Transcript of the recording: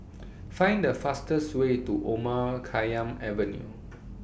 Find The fastest Way to Omar Khayyam Avenue